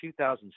2007